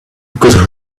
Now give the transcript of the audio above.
could